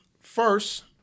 First